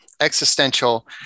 existential